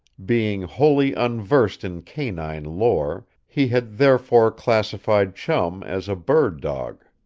being wholly unversed in canine lore, he had, therefore, classified chum as a bird dog.